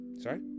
Sorry